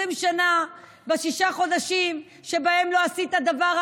20 שנה בשישה חודשים שבהם לא עשית דבר,